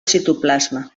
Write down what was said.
citoplasma